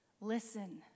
listen